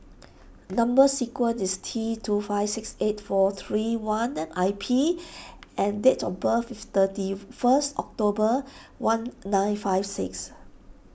Number Sequence is T two five six eight four three one I P and date of birth is thirty first October one nine five six